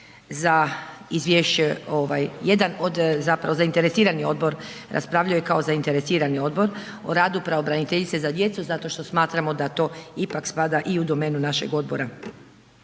za izvješće, jedan od zapravo zainteresirani odbor, raspravljaju kao zainteresirani odbor o radu pravobraniteljice za djecu zato što smatramo da to ipak spada i u domenu našeg odbora.